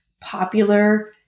popular